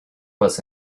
was